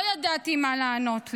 לא ידעתי מה לענות לה.